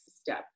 step